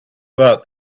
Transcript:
about